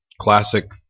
classic